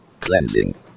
cleansing